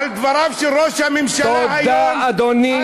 על דבריו של ראש הממשלה היום, תודה, אדוני.